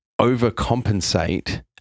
overcompensate